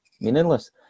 meaningless